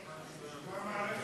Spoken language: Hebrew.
שמע מה מערכת